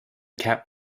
cap